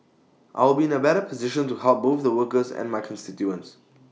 I'll be in A better position to help both the workers and my constituents